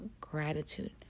gratitude